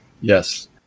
Yes